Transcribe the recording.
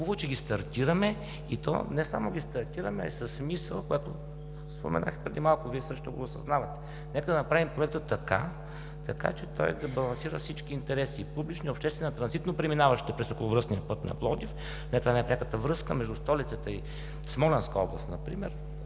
Хубаво е, че ги стартираме, и не само ги стартираме, а с мисъл, която споменах преди малко. Вие също го осъзнавате. Нека да направим проекта така, че той да балансира всички интереси: публични, обществени, на транзитнопреминаващите през околовръсния път на Пловдив. Не това е най-пряката връзка между столицата и смолянска област например